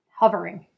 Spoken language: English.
hovering